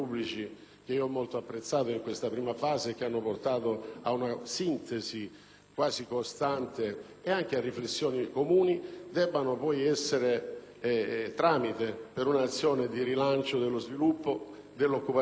quasi costante e anche a riflessioni comuni, devono poi essere tramite per un'azione di rilancio dello sviluppo, dell'occupazione e dell'economia. Abbiamo bisogno di un momento di grande coinvolgimento: